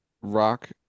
Rock